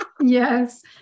Yes